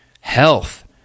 health